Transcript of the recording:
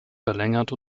verlängert